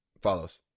follows